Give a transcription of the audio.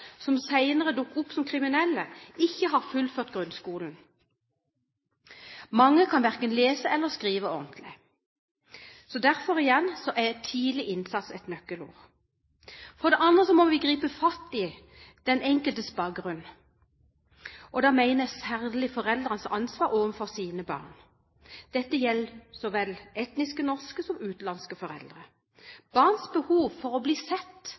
som senere dukker opp som kriminelle, ikke har fullført grunnskolen. Mange kan verken lese eller skrive ordentlig, så derfor igjen er «tidlig innsats» nøkkelord. For det andre må vi gripe fatt i den enkeltes bakgrunn, og da mener jeg særlig foreldres ansvar for sine barn. Dette gjelder så vel etnisk norske som utenlandske foreldre. Barns behov for å bli sett,